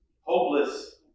hopeless